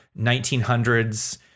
1900s